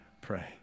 pray